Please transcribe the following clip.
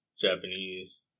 Japanese